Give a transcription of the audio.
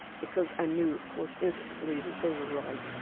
because i knew, of course, instantly that they were right.